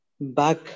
back